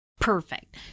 Perfect